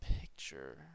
picture